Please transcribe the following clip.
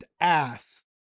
ass